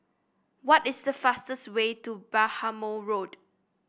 what is the fastest way to Bhamo Road